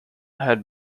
had